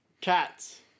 Cats